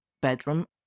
bedroom